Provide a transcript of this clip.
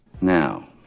Now